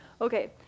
okay